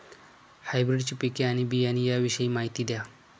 हायब्रिडची पिके आणि बियाणे याविषयी माहिती द्या